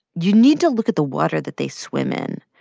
you need to look at the water that they swim in,